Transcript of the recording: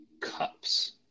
cups